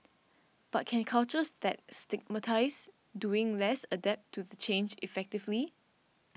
but can cultures that 'stigmatise' doing less adapt to the change effectively